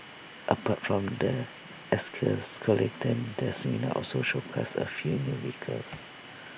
apart from the exoskeleton the seminar also showcased A few new vehicles